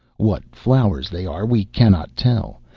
what flowers they are we cannot tell,